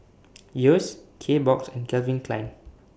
Yeo's Kbox and Calvin Klein